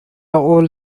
old